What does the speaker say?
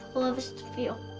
love is to feel.